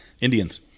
Indians